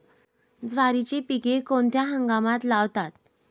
ज्वारीचे पीक कोणत्या हंगामात लावतात?